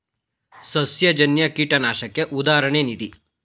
ಸಸ್ಯಜನ್ಯ ಕೀಟನಾಶಕಕ್ಕೆ ಉದಾಹರಣೆ ನೀಡಿ?